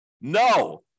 No